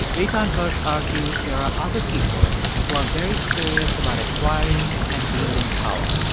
eitan hersh argues there are other people who are very serious about acquiring and wielding power.